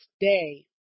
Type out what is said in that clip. day